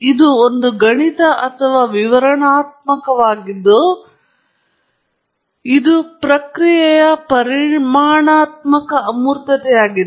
ಇದು ಒಂದು ಗಣಿತ ಅಥವಾ ವಿವರಣಾತ್ಮಕವಾಗಿದ್ದು ಇದು ಪ್ರಕ್ರಿಯೆಯ ಪರಿಮಾಣಾತ್ಮಕ ಅಮೂರ್ತತೆಯಾಗಿದೆ